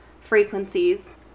frequencies